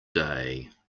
day